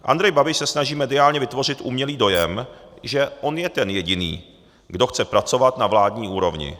Andrej Babiš se snaží mediálně vytvořit umělý dojem, že on je ten jediný, kdo chce pracovat na vládní úrovni.